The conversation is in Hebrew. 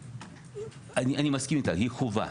אני מסכים איתך, היא חובה.